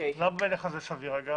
מה בעיניך סביר?